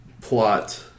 plot